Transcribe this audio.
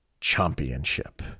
championship